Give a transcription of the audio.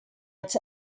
its